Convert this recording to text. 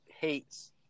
hates